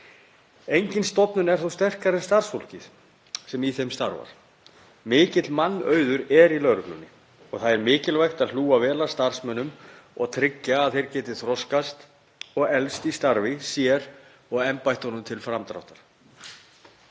Engin stofnun er þó sterkari en starfsfólkið sem í henni starfar. Mikill mannauður er í lögreglunni og það er mikilvægt að hlúa vel að starfsmönnum og tryggja að þeir geti þroskast og eflst í starfi, sér og embættunum til framdráttar.